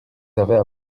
avaient